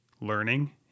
learning